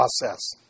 process